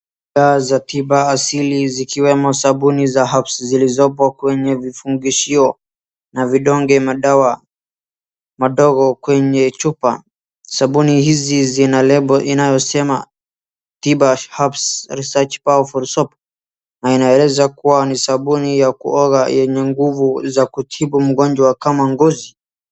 Dawa za tiba asili zikiwemo sabuni za herbs zilizoko kwenye vifungishio na vidonge madawa madogo kwenye chupa. Sabuni hizi zina lebo inayosema tiba herbs research powerful soap na inaeleza kuwa ni sabuni ya kuoga yenye nguvu nguvu za kutibu ugonjwa kama ngozi.